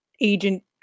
agent